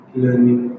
learning